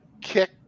kick